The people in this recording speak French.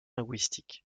linguistique